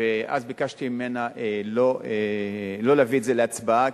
ואז ביקשתי ממנה שלא להביא את זה להצבעה,